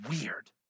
weird